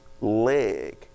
leg